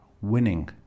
winning